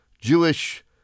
Jewish